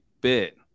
bit